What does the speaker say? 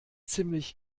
ziemlich